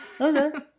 okay